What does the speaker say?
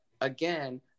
again